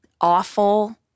awful